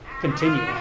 continue